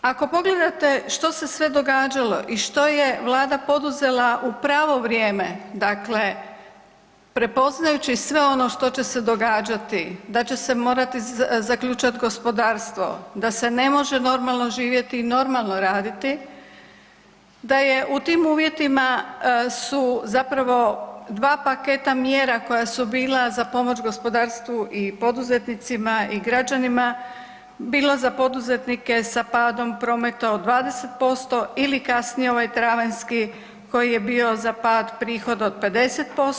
Ako pogledate što se sve događalo i što je vlada poduzela u pravo vrijeme, dakle prepoznajući sve ono što će se događati, da će se morati zaključat gospodarstvo, da se ne može normalno živjeti i normalno raditi, da je u tim uvjetima, su zapravo dva paketa mjera koja su bila za pomoć gospodarstvu i poduzetnicima i građanima bila za poduzetnike sa padom prometa od 20% ili kasnije ovaj travanjski koji je bio za pad prihoda od 50%